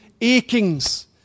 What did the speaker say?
achings